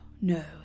no